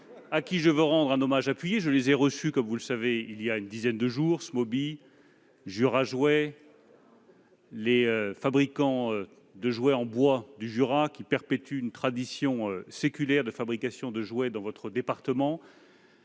à qui je veux rendre un hommage appuyé. Comme vous le savez, j'ai reçu, il y a une dizaine de jours, Smoby et tous les fabricants de jouets en bois du Jura qui perpétuent une tradition séculaire de fabrication de jouets dans votre département.